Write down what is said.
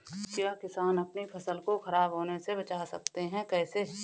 क्या किसान अपनी फसल को खराब होने बचा सकते हैं कैसे?